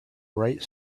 right